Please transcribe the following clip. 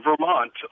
Vermont